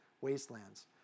wastelands